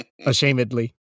Ashamedly